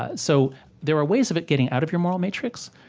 ah so there are ways of it getting out of your moral matrix,